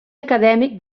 acadèmic